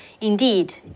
indeed